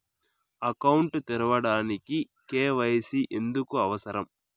Account తెరవడానికి, KYC ఎందుకు అవసరం?